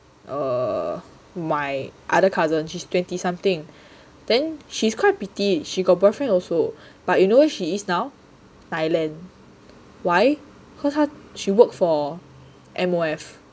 err my other cousin she's twenty something then she's quite pretty she got boyfriend also but you know where she is now Thailand why cause 她 she work for M_O_F